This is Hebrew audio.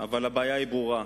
אבל הבעיה ברורה,